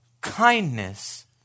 kindness